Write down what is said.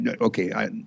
okay